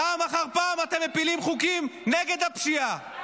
פעם אחר פעם אתם מפילים חוקים נגד הפשיעה.